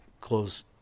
close